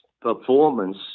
performance